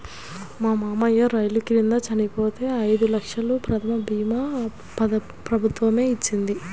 మా మావయ్య రైలు కింద చనిపోతే ఐదు లక్షల ప్రమాద భీమా ప్రభుత్వమే ఇచ్చింది